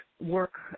work